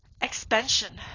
expansion